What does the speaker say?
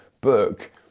book